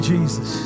Jesus